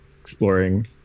exploring